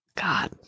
God